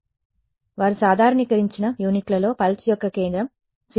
కాబట్టి వారు సాధారణీకరించిన యూనిట్లలో పల్స్ యొక్క కేంద్రం 0